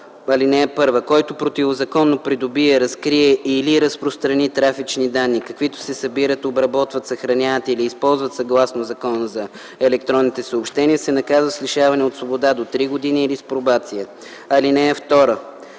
171а. (1) Който противозаконно придобие, разкрие или разпространи трафични данни, каквито се събират, обработват, съхраняват или използват съгласно Закона за електронните съобщения, се наказва с лишаване от свобода до три години или с пробация. (2) Когато